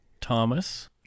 Thomas